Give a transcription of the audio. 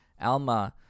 Alma